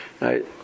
right